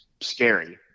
scary